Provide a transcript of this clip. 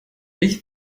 ich